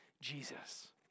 Jesus